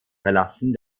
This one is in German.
verlassen